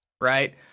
right